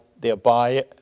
thereby